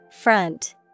Front